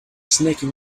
snacking